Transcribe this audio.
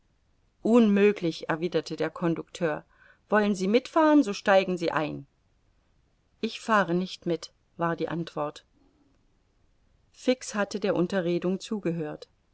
unmöglich erwiderte der conducteur wollen sie mitfahren so steigen sie ein ich fahre nicht mit war die antwort fix hatte der unterredung zugehört